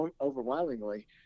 overwhelmingly